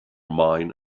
mine